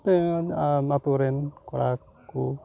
ᱟᱨ ᱟᱹᱛᱩ ᱠᱚᱨᱮᱱ ᱠᱚᱲᱟ ᱠᱚ